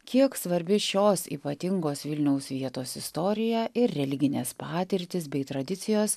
kiek svarbi šios ypatingos vilniaus vietos istorija ir religinės patirtys bei tradicijos